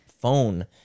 phone